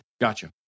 Gotcha